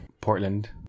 Portland